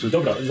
Dobra